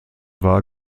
war